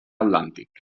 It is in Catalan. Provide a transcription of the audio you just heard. atlàntic